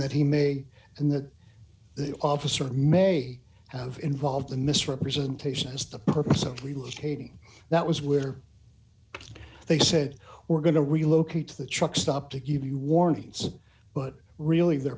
that he may and that the officer may have involved the misrepresentation as the purpose of the list hating that was where they said we're going to relocate to the truck stop to give you warnings but really their